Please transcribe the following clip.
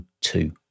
two